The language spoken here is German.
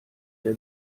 der